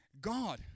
God